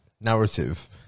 narrative